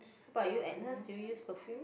how about you Agnes do you use perfume